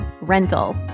rental